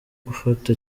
gufata